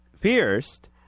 pierced